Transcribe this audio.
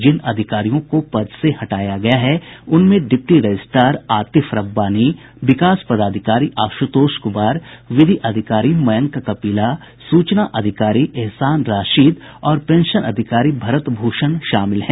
जिन अधिकारियों को पद से हटाया गया है उनमें डिप्टी रजिस्ट्रार आतिफ रब्बानी विकास पदाधिकारी आशुतोष कुमार विधि अधिकारी मयंक कपिला सूचना पदाधिकारी एहसान राशिद और पेंशन अधिकारी भरत भूषण शामिल हैं